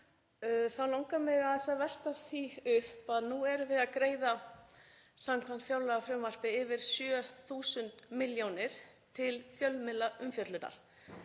Þá langar mig aðeins að velta því upp að nú erum við að greiða samkvæmt fjárlagafrumvarpi yfir 7.000 milljónir til fjölmiðlaumfjöllunar